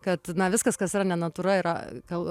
kad na viskas kas yra ne natūra yra gal